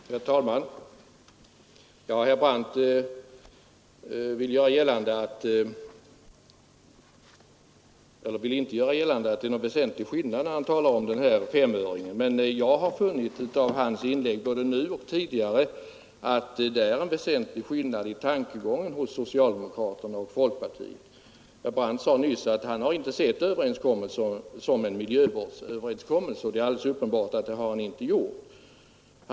Herr talman! Herr Brandt gör gällande att det inte är någon väsentlig skillnad mellan oss i fråga om den här femöringen. Jag har emellertid funnit av hans inlägg både nu och tidigare att det är en väsentlig skillnad i tankegång mellan folkpartiet och socialdemokraterna. Herr Brandt sade nyss att han inte har sett överenskommelsen som en miljövårdsöverenskommelse, och det är alldeles uppenbart att han inte har gjort det.